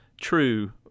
true